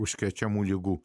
užkrečiamų ligų